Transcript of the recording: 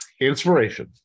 Inspiration